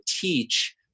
teach